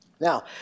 Now